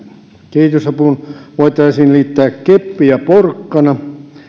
kehitysapuun voitaisiin liittää keppi ja porkkana